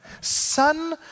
Son